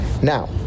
Now